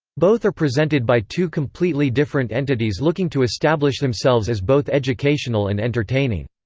both are presented by two completely different entities looking to establish themselves as both educational and entertaining.